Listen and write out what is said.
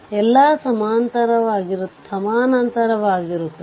ಎಂದರೆ E V i R ಆಗಿರುತ್ತದೆ